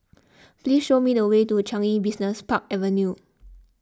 please show me the way to Changi Business Park Avenue